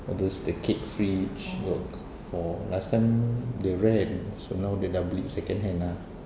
all those the cake fridge got for last time they rent so now dia dah beli secondhand lah